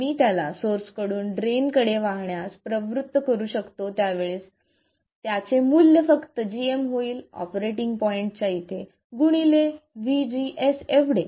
मी त्याला सोर्स कडून ड्रेन कडे वाहण्यास प्रवृत्त करू शकतो त्यावेळी त्याचे मूल्य फक्त gm होईल ऑपरेटिंग पॉईंटच्या इथे गुणिले vGS एवढे